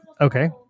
Okay